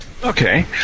Okay